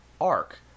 arc